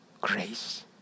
grace